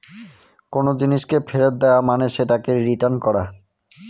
কোনো জিনিসকে ফেরত দেওয়া মানে সেটাকে রিটার্ন করা